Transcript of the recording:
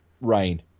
rain